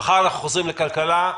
חוזרים לכלכלה.